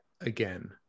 again